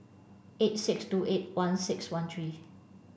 eight six two eight one six one three